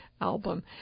Album